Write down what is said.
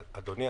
אדוני,